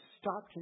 Stop